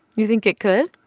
you think it could?